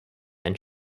and